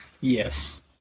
Yes